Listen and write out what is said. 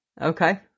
Okay